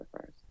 first